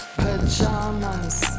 pajamas